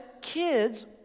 kids